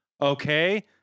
okay